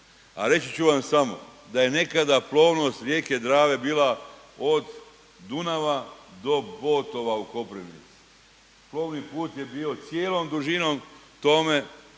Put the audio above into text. reći ću vam samo da je nekada plovnost rijeke Drave bila od Dunava do Botova u Koprivnici. Plovni put je bio cijelom dužinom tome,